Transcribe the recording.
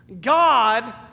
God